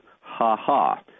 ha-ha